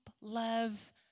love